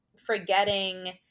forgetting